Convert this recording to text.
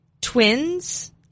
twins